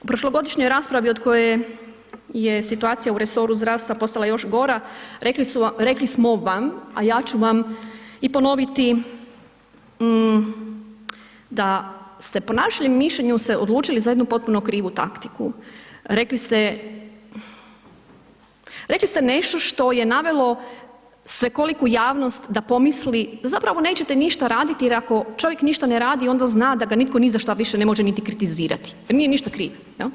U prošlogodišnjoj raspravi od koje je situacija u resoru zdravstva postala još gora rekli smo vam a ja ću vam i ponoviti da ste po našem mišljenju se odlučili za jednu potpuno krivu taktiku, rekli ste, rekli ste nešto što je navelo svekoliku javnost da pomisli da zapravo nećete ništa raditi jer ako čovjek ništa ne radi onda zna da ga nitko ni za šta više ne može niti kritizirati, da nije ništa kriv.